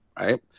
right